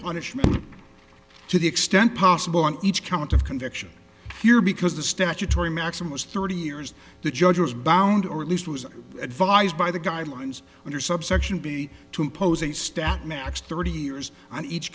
punishment to the extent possible on each count of conviction here because the statutory maximum was thirty years the judge was bound or at least was advised by the guidelines under subsection b to impose a stack max thirty years on each